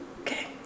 Okay